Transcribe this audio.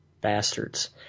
bastards